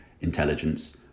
intelligence